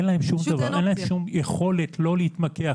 אין להם שום יכולת לא להתמקח,